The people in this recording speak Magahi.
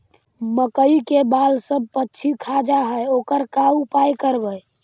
मकइ के बाल सब पशी खा जा है ओकर का उपाय करबै?